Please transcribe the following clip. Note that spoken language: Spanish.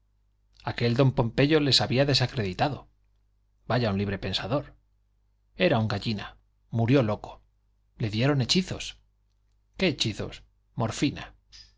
aquel don pompeyo les había desacreditado vaya un libre-pensador era un gallina murió loco le dieron hechizos qué hechizos morfina